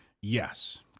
Yes